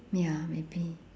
ya maybe